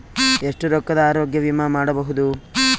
ಎಷ್ಟ ರೊಕ್ಕದ ಆರೋಗ್ಯ ವಿಮಾ ಮಾಡಬಹುದು?